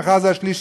מחר זה השלישי,